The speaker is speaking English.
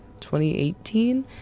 2018